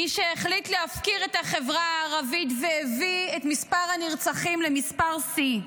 מי שהחליט להפקיר את החברה הערבית והביא את מספר הנרצחים למספר שיא.